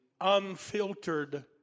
Unfiltered